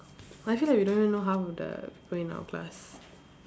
I feel like we don't even know half of the people in our class